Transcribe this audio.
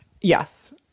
Yes